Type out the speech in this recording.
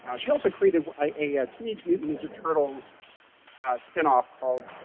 she also created a yeah teenage mutant ninja turtles spin off called,